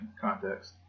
context